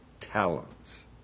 talents